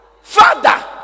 Father